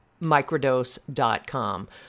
microdose.com